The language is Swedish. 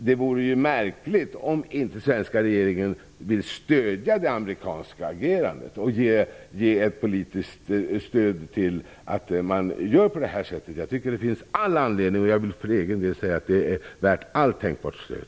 Det vore märkligt om den svenska regeringen inte politiskt vill stödja det amerikanska agerandet. Jag tycker att det finns all anledning till det. Jag vill för egen del säga att det är värt allt tänkbart stöd.